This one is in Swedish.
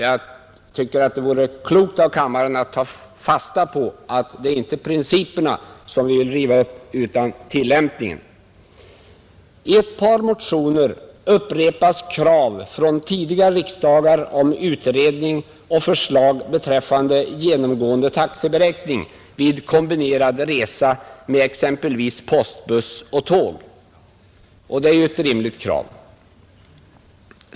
Jag tycker det vore klokt av kammaren att ta fasta på att det inte är principerna som vi vill riva upp utan vi vill genomföra tillämpningen av dem, I ett par motioner upprepas krav från tidigare riksdagar om utredning och förslag beträffande genomgående taxeberäkning vid kombinerad resa med exempelvis postbuss och tåg. Det är ju ett rimligt krav.